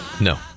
No